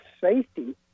safety